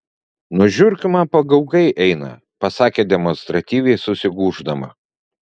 nuo žiurkių man pagaugai eina pasakė demonstratyviai susigūždama